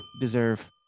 deserve